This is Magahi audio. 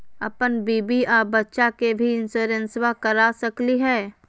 अपन बीबी आ बच्चा के भी इंसोरेंसबा करा सकली हय?